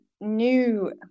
new